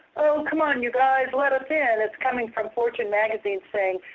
oh come on you guys! let us in! it's coming from fortune magazine saying,